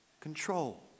control